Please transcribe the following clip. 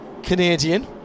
Canadian